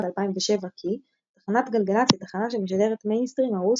2007 כי "תחנת גלגלצ היא תחנה שמשדרת מיינסטרים מאוס,